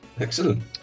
Excellent